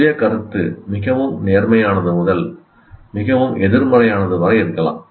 சுய கருத்து மிகவும் நேர்மறையானது முதல் மிகவும் எதிர்மறையானது வரை இருக்கலாம்